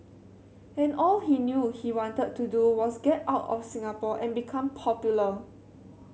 and all he knew he wanted to do was get out of Singapore and become popular